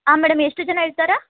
ಹಾಂ ಮೇಡಮ್ ಎಷ್ಟು ಜನ ಇರ್ತಾರೆ